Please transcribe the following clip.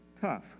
Tough